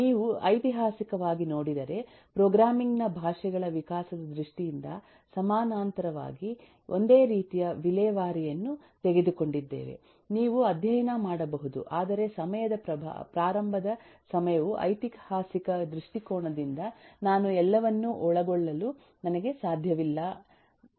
ನೀವು ಐತಿಹಾಸಿಕವಾಗಿ ನೋಡಿದರೆ ಪ್ರೋಗ್ರಾಮಿಂಗ್ ನ ಭಾಷೆಗಳ ವಿಕಾಸದ ದೃಷ್ಟಿಯಿಂದ ಸಮಾನಾಂತರವಾಗಿ ಒಂದೇ ರೀತಿಯ ವಿಲೇವಾರಿಯನ್ನು ತೆಗೆದುಕೊಂಡಿದ್ದೇವೆ ನೀವು ಅಧ್ಯಯನ ಮಾಡಬಹುದು ಆದರೆ ಸಮಯದ ಪ್ರಾರಂಭದ ಸಮಯವು ಐತಿಹಾಸಿಕ ದೃಷ್ಟಿಕೋನದಿಂದ ನಾನು ಎಲ್ಲವನ್ನೂ ಒಳಗೊಳ್ಳಲು ನನಗೆ ಸಾಧ್ಯವಿಲ್ಲ ಬಯಸುತ್ತದೆ